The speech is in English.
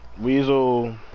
Weasel